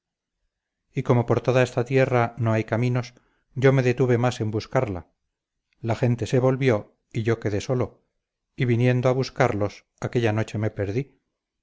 y como por toda esta tierra no hay caminos yo me detuve más en buscarla la gente se volvió y yo quedé solo y viniendo a buscarlos aquella noche me perdí